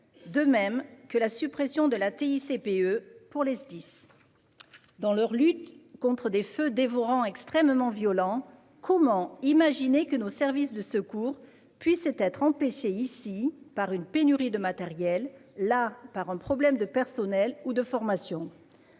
et la suppression de la TICPE pour les Sdis. Dans leur lutte contre des feux dévorants extrêmement violents, comment imaginer que nos services de secours puissent être empêchés ici par une pénurie de matériel, là par un problème de personnel ou de formation ?